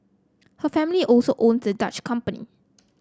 her family also owns the Dutch company